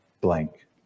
blank